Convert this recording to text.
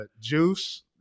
Juice